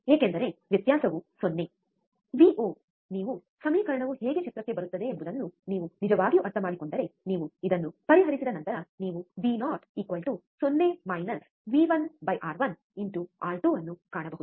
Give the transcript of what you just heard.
ಏಕೆಂದರೆ ವ್ಯತ್ಯಾಸವು 0 ವಿಒ ನೀವು ಸಮೀಕರಣವು ಹೇಗೆ ಚಿತ್ರಕ್ಕೆ ಬರುತ್ತದೆ ಎಂಬುದನ್ನು ನೀವು ನಿಜವಾಗಿಯೂ ಅರ್ಥಮಾಡಿಕೊಂಡರೆ ನೀವು ಇದನ್ನು ಪರಿಹರಿಸಿದ ನಂತರ ನೀವು Vo 0 V1R1R2 ಅನ್ನು ಕಾಣಬಹುದು